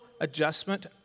adjustment